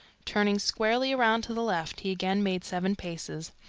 turning squarely around to the left he again made seven paces.